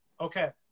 Okay